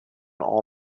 all